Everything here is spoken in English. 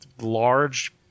large